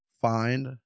find